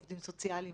עובדים סוציאליים,